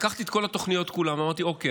לקחתי את כל התוכניות כולן ואמרתי: אוקיי,